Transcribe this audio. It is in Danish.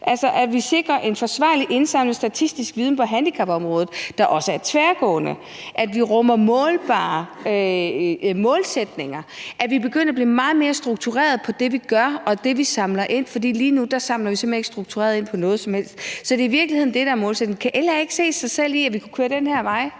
altså at vi sikrer en forsvarlig indsamling af statistisk viden på handicapområdet, der også er tværgående, at vi harmålbare målsætninger, og at vi begynder at blive meget mere strukturerede i forhold til det, vi gør, og det, vi samler ind. For lige nu samler vi simpelt hen ikke struktureret ind i forhold til noget som helst. Så det er i virkeligheden det, der er målsætningen. Kan LA ikke se sig selv i, at vi kunne køre den her vej?